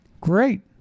Great